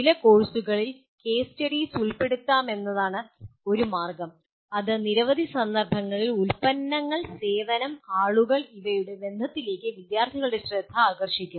ചില കോഴ്സുകളിൽ case studies ഉൾപ്പെടുത്താമെന്നതാണ് ഒരു മാർഗ്ഗം അത് നിരവധി സന്ദർഭങ്ങളിൽ ഉൽപ്പന്നങ്ങൾ സേവനം ആളുകൾ ഇവയുടെ ബന്ധത്തിലേക്ക് വിദ്യാർത്ഥികളുടെ ശ്രദ്ധ ആകർഷിക്കും